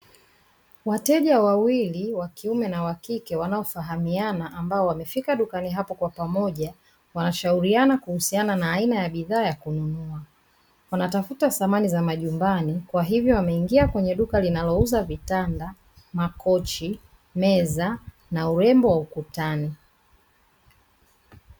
Wateja wawili wa kiume na wa kike wanaofahamiana ambao wamefika dukani hapo kwa pamoja wanashauriana kuhusiana na aina ya bidhaa ya kununua. Wanatafuta samani za majumbani kwa hivyo wameingia kwenye duka linalouza vitanda, makochi, meza na urembo wa ukutani.